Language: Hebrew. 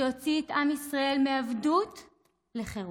שהוציא את עם ישראל מעבדות לחירות.